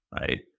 right